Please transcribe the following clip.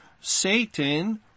Satan